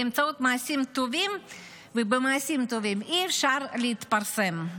באמצעות מעשים טובים אי-אפשר להתפרסם.